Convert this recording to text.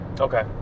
Okay